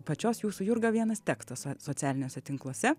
pačios jūsų jurga vienas tekstas socialiniuose tinkluose